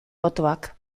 botoak